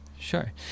Sure